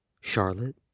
Charlotte